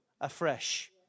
afresh